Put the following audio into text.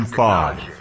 five